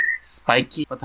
Spiky